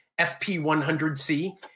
FP100C